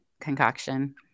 concoction